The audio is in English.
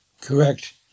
Correct